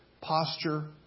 posture